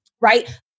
right